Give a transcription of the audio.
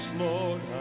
lord